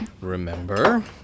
remember